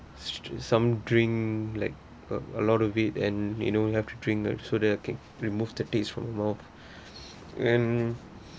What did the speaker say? some drink like a lot of it and you know you have to drink so that can remove the taste from mouth and